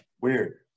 Weird